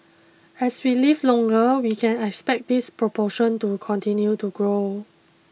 as we live longer we can expect this proportion to continue to grow